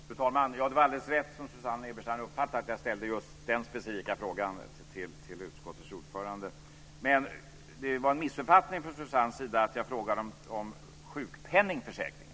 Fru talman! Det var alldeles rätt, som Susanne Eberstein uppfattade det, att jag ställde just den specifika frågan till utskottets ordförande. Men det var en missuppfattning från Susanne Ebersteins sida att jag frågade om sjukpenningförsäkringen.